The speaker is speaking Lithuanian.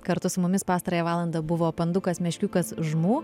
kartu su mumis pastarąją valandą buvo pandukas meškiukas žmu